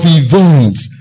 events